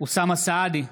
אוסאמה סעדי,